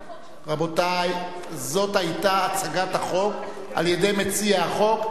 רבותי, זאת היתה הצגת החוק על-ידי מציע החוק.